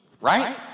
right